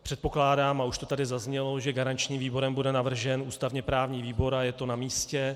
Předpokládám, a už to tady zaznělo, že garančním výborem bude navržen ústavněprávní výbor, a je to namístě.